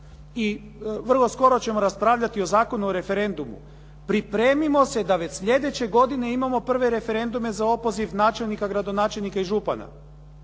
I vrlo skoro ćemo raspravljati o Zakonu o referendumu. Pripremimo se da već slijedeće godine imamo prve referendume za opoziv načelnika, gradonačelnika i župana.